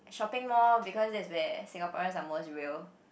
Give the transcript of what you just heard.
shopping mall because that's where Singaporeans are most real